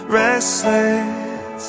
restless